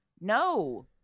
No